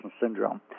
syndrome